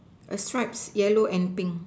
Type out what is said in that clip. a stripes yellow and pink